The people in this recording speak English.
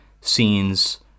scenes